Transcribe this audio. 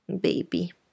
Baby